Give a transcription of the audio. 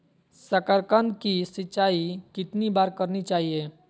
साकारकंद की सिंचाई कितनी बार करनी चाहिए?